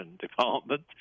department